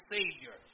Savior